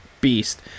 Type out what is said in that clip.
beast